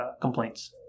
complaints